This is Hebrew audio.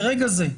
ברגע זה,